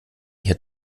hier